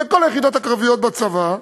בכל היחידות הקרביות בצבא.